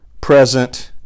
present